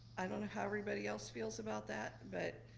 i don't know how everybody else feels about that, but